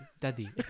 daddy